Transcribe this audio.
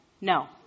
no